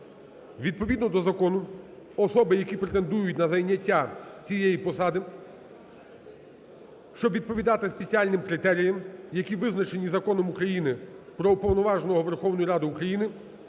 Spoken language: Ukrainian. Відповідно до закону, особи, які претендують на зайняття цієї посади, щоб відповідати спеціальним критеріям, які визначені Законом України про Уповноваженого Верховної Ради України,